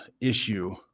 issue